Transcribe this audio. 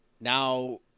Now